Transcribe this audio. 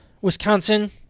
Wisconsin